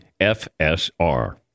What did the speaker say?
FSR